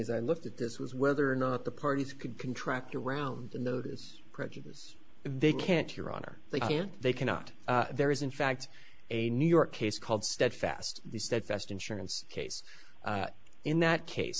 as i looked at this was whether or not the parties could contract around the notice approaches they can't your honor they can't they cannot there is in fact a new york case called steadfast the steadfast insurance case in that case